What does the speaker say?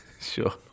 Sure